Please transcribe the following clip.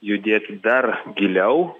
judėti dar giliau